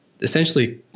essentially